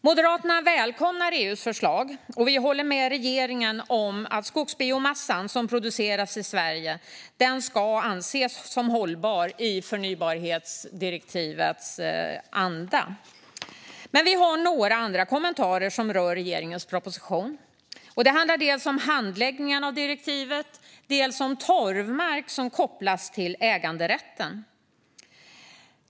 Moderaterna välkomnar EU:s förslag, och vi håller med regeringen om att den skogsbiomassa som produceras i Sverige ska anses som hållbar i förnybartdirektivets anda. Vi har dock några kommentarer som rör regeringens proposition. Det handlar dels om handläggningen av direktivet, dels om torvmark kopplad till äganderätt. Fru talman!